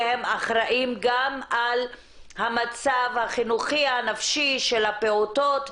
והם אחראים גם על המצב החינוכי הנפשי של הפעוטות,